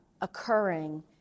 occurring